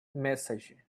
messaging